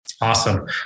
Awesome